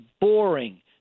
boring